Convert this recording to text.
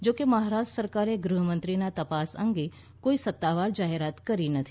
જો કે મહારાષ્ટ્ર સરકારે ગૃહમંત્રીના તપાસ અંગે કોઈ સત્તાવાર જાહેરાત કરી નથી